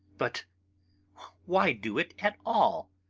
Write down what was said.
but why do it at all?